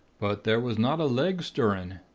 but there was not a leg stirring.